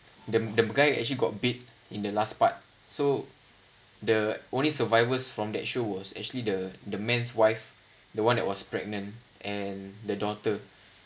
the the guy actually got bit in the last part so the only survivors from that show was actually the the man's wife the one that was pregnant and the daughter